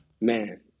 Man